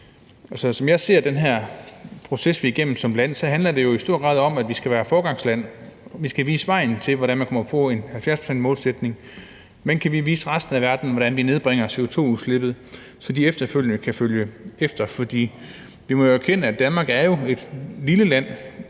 som jeg ser den her proces, vi er igennem som land, handler det i stor udstrækning om, at vi skal være foregangsland; vi skal vise vejen til, hvordan man kommer op på en 70-procentsmålsætning – vise resten af verden, hvordan vi nedbringer CO2-udslippet, så de kan følge efter. Men vi må jo erkende, at Danmark er et lille land,